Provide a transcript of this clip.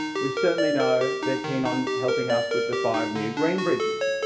we certainly know they're keen on helping us with the five new green bridges.